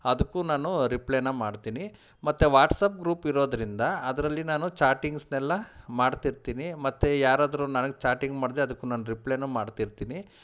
ಅದಕ್ಕೂ ನಾನು ರಿಪ್ಲೈನ ಮಾಡ್ತೀನಿ ಮತ್ತು ವಾಟ್ಸಾಪ್ ಗ್ರೂಪ್ ಇರೋದ್ರಿಂದ ಅದರಲ್ಲಿ ನಾನು ಚಾಟಿಂಗ್ಸ್ನೆಲ್ಲ ಮಾಡ್ತಿರ್ತೀನಿ ಮತ್ತೆ ಯಾರಾದರೂ ನನಗೆ ಚಾಟಿಂಗ್ ಮಾಡಿದರೆ ಅದಕ್ಕೂ ನಾನು ರಿಪ್ಲೈನೂ ಮಾಡ್ತಿರ್ತೀನಿ